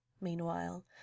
meanwhile